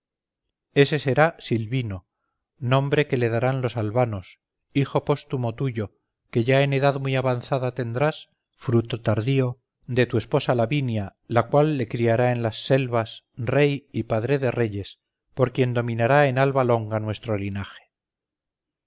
ese será silvino nombre que le darán los albanos hijo póstumo tuyo que ya en edad muy avanzada tendrás fruto tardío de tu esposa lavinia la cual le criará en las selvas rey y padre de reyes por quien dominará en alba longa nuestro linaje